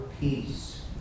peace